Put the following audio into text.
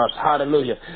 Hallelujah